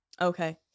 Okay